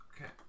okay